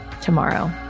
tomorrow